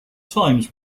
times